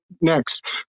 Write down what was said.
next